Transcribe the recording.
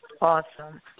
Awesome